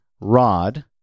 rod